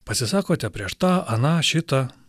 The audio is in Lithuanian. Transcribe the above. pasisakote prieš tą aną šitą